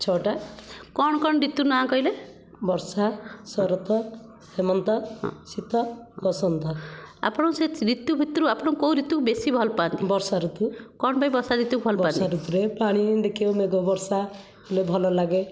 ଛଅଟା କ'ଣ କ'ଣ ଋତୁର ନା କହିଲେ ବର୍ଷା ଶରତ ହେମନ୍ତ ଶୀତ ବସନ୍ତ ଆପଣ ସେ ଋତୁ ଭିତରୁ ଆପଣ କେଉଁ ଋତୁକୁ ବେଶି ଭଲପାଆନ୍ତି ବର୍ଷା ଋତୁ କ'ଣ ପାଇଁ ବର୍ଷା ଋତୁକୁ ଭଲପାଆନ୍ତି ବର୍ଷା ଋତୁରେ ପାଣି ଦେଖିବାକୁ ମେଘ ବର୍ଷା ହେଲେ ଭଲ ଲାଗେ